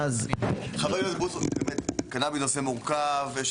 ואז --- הקנביס נושא מורכב.